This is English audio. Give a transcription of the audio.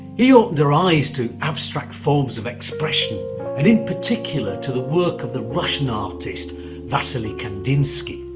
he opened her eyes to abstract forms of expression and, in particular, to the work of the russian artist wassily kandinsky.